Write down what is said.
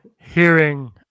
hearing